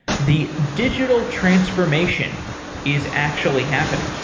the digital transformation is actually happening,